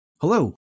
Hello